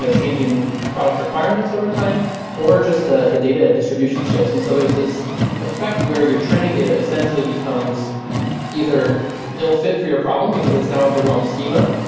changing product requirements overtime or just the the data distribution shifts. and so there's this effect where your training data essentially becomes either ill fit for your problem because it's now of the wrong schema,